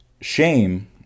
shame